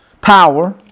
power